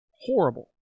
horrible